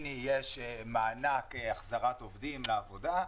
הנה יש מענק החזרת עובדים לעבודה,